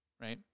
right